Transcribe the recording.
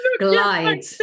glide